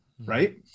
right